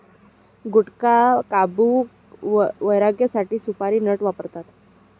गुटखाटाबकू वगैरेसाठी सुपारी नट वापरतात